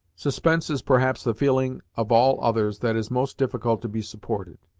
suspense is perhaps the feeling of all others that is most difficult to be supported.